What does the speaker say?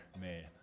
man